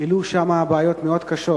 גילו שם בעיות מאוד קשות